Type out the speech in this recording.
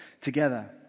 together